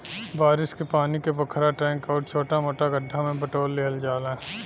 बारिश के पानी के पोखरा, टैंक आउर छोटा मोटा गढ्ढा में बटोर लिहल जाला